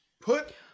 Put